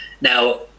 Now